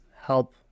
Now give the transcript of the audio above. help